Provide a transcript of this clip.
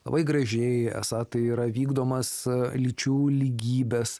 labai gražiai esą tai yra vykdomas lyčių lygybės